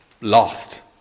lost